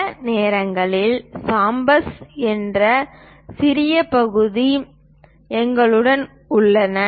சில நேரங்களில் சாம்ஃபர்ஸ் என்ற சிறிய பகுதிகள் எங்களிடம் உள்ளன